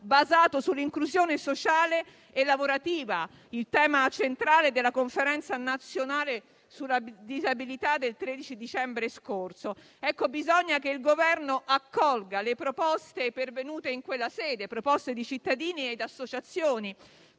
basato sull'inclusione sociale e lavorativa: tema centrale della Conferenza nazionale sulla disabilità del 13 dicembre scorso. Bisogna che il Governo accolga le proposte di cittadini ed associazioni